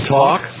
talk